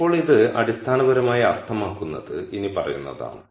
ഇപ്പോൾ ഇത് അടിസ്ഥാനപരമായി അർത്ഥമാക്കുന്നത് ഇനിപ്പറയുന്നതാണ്